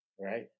right